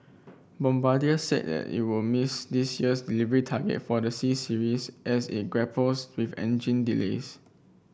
bombardier said that it will miss this year's delivery target for the C Series as it grapples with engine delays